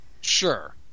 sure